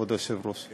כבוד היושב-ראש.